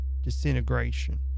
disintegration